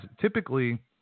typically